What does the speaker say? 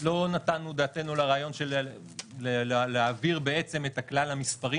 לא נתנו דעתנו לרעיון להעביר את "הכלל המספרי",